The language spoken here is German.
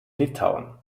litauen